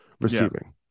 receiving